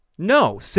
No